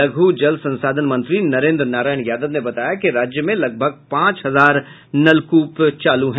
लघु जल संसाधन मंत्री नरेन्द्र नारायण यादव ने बताया कि राज्य में लगभग पांच हजार नलकूप चालू हैं